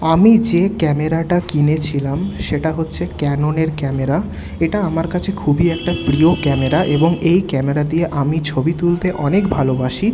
আমি যে ক্যামেরাটা কিনেছিলাম সেটা হচ্ছে ক্যাননের ক্যামেরা এটা আমার কাছে খুবই একটা প্রিয় ক্যামেরা এবং এই ক্যামেরা দিয়ে আমি ছবি তুলতে অনেক ভালোবাসি